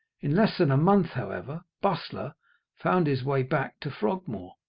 in less than a month, however, bustler found his way back to frogmore.